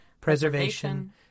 preservation